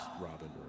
Robin